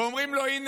ואומרים לו: הינה,